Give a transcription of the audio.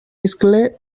iscle